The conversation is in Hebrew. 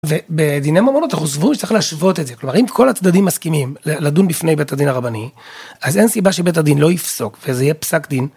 ובדיני ממונות אנחנו סבורים שצריך להשוות את זה כלומר אם כל הצדדים מסכימים לדון בפני בית הדין הרבני אז אין סיבה שבית הדין לא יפסוק וזה יהיה פסק דין.